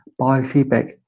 biofeedback